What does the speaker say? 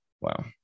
wow